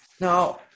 Now